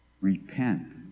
repent